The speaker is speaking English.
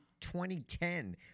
2010